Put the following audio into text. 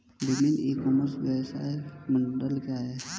विभिन्न e commerce व्यवसाय मॉडल क्या हैं?